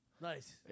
Nice